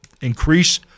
increase